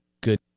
good –